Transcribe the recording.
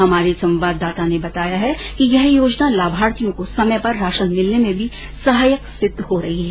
हमारे संवाददाता ने बताया है कि यह योजना लामार्थियों को समय पर राशन मिलने में भी सहायक सिद्ध हो रही है